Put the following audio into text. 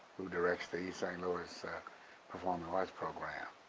who directs the east st. louis performing arts program.